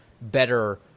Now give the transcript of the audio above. better